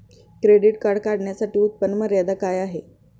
Credit card काढण्यासाठी उत्पन्न मर्यादा काय आहे?